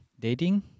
Dating